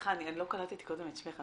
למה אני מחדדת את זה?